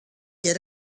get